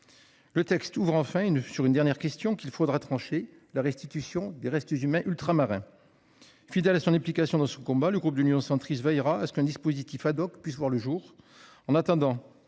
Le texte ouvre enfin sur une dernière question qu'il faudra trancher, à savoir la restitution des restes humains ultramarins. Fidèle à son implication dans ce combat, le groupe Union Centriste veillera à ce qu'un dispositif puisse voir le jour. En attendant,